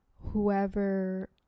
whoever